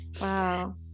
Wow